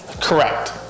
Correct